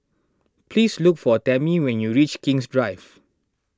please look for Tammy when you reach King's Drive